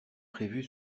prévu